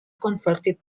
converted